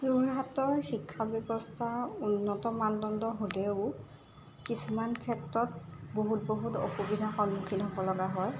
যোৰহাটৰ শিক্ষা ব্যৱস্থা উন্নত মানদণ্ডৰ হ'লেও কিছুমান ক্ষেত্ৰত বহুত বহুত অসুবিধাৰ সন্মুখীন হ'ব লগা হয়